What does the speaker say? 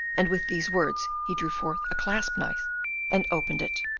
and with these words he drew forth a clasp-knife and opened it.